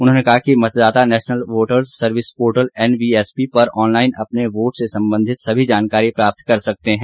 उन्होंने कहा कि मतदाता national voters service portal NVSP पर ऑनलाइन अपने वोट से संबंधित सभी जानकारी प्राप्त कर सकते हैं